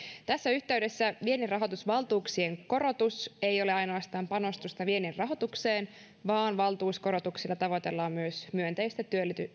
tässä yhteydessä vienninrahoitusvaltuuksien korotus ei ole ainoastaan panostusta vienninrahoitukseen vaan valtuuskorotuksilla tavoitellaan myös myönteistä